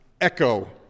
echo